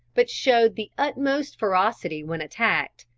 but showed the utmost ferocity when attacked,